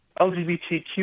LGBTQ